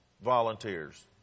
Volunteers